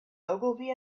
ogilvy